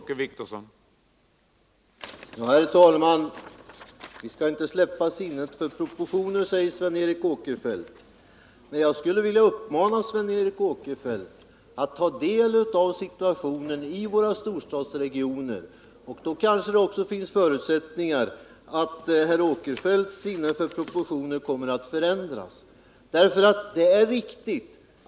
Herr talman! Vi skall inte tappa sinnet för proportioner, säger Sven Eric Åkerfeldt. Jag skulle vilja uppmana honom att ta del av situationen i våra storstadsregioner. Då kanske det finns förutsättningar för att också Sven Eric Åkerfeldts sinne för proportioner kommer att förändras.